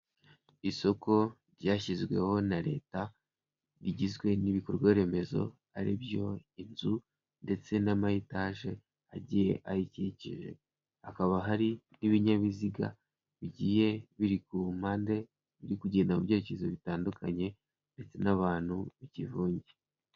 Isoko ryashyizweho na leta rigizwe n'Ibikorwa Remezo ari byo inzu ndetse n'ama etaje agiye ayikikije, hakaba hari n'ibinyabiziga bigiye biri ku mpande biri kugenda mu byerekezo bitandukanye ndetse n'abantu b'ikivunge.